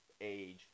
age